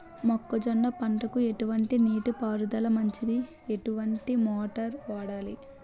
మొక్కజొన్న పంటకు ఎటువంటి నీటి పారుదల మంచిది? ఎటువంటి మోటార్ వాడాలి?